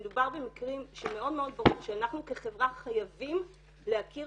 מדובר במקרים שמאוד מאוד ברור שאנחנו כחברה חייבים להכיר